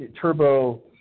turbo